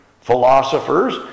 philosophers